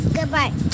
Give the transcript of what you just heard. Goodbye